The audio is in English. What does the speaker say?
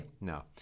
no